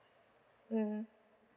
mm